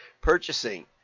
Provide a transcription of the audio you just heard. Purchasing